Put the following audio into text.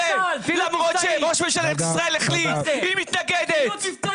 למרות שצה"ל החליט, היא מתנגדת לזה.